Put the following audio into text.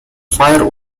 fire